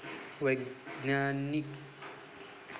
वैज्ञानिक संशोधनासाठीही कीटकांची निर्मिती केली जाते